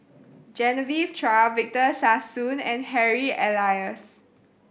Genevieve Chua Victor Sassoon and Harry Elias